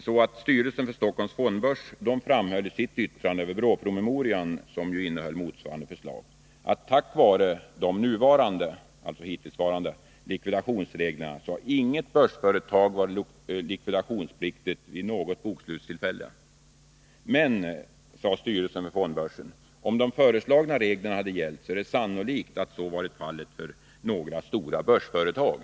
Styrelsen för Stockholms fondbörs framhöll i sitt yttrande över BRÅ:s promemoria, som ju innehöll motsvarande förslag, att inget börsföretag tack vare de hittillsvarande likvidationsreglerna har varit likvidationspliktigt vid något bokslutstillfälle. Men, sade styrelsen för fondbörsen, om de föreslagna reglerna gällt är det sannolikt att så hade varit fallet för några stora börsföretag.